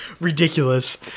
ridiculous